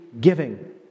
giving